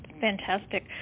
fantastic